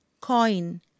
Coin